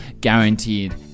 guaranteed